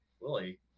Willie